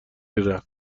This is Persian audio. رفت